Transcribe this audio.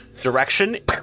direction